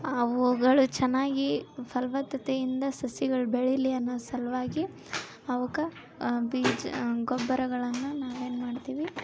ಅವುಗಳು ಚೆನ್ನಾಗಿ ಫಲವತ್ತತೆಯಿಂದ ಸಸಿಗಳು ಬೆಳೀಲಿ ಅನ್ನೋ ಸಲುವಾಗಿ ಅವುಕ್ಕೆ ಬೀಜ ಗೊಬ್ಬರಗಳನ್ನು ನಾವೇನು ಮಾಡ್ತೀವಿ